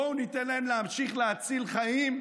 בואו ניתן להם להמשיך להציל חיים.